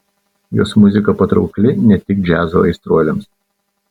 jos muzika patraukli ne tik džiazo aistruoliams